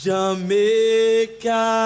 Jamaica